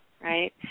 right